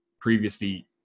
previously